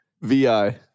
VI